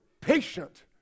patient